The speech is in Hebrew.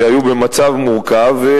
שהיו במצב מורכב,